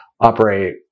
operate